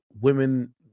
women